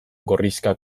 gorrixka